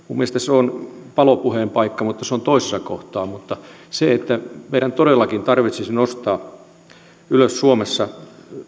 minun mielestäni se on palopuheen paikka mutta toisessa kohtaa meidän todellakin tarvitsisi nostaa ylös suomessa